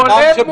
כולל מול תביעה.